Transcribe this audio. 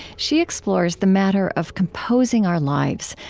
she explores the matter of composing our lives,